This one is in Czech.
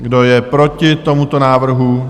Kdo je proti tomuto návrhu?